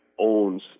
owns